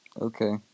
Okay